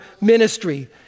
ministry